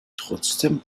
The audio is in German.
trotzdem